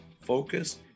focus